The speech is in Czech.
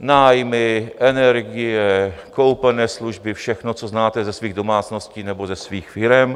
nájmy, energie, koupené služby, všechno, co znáte ze svých domácností nebo ze svých firem.